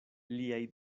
liaj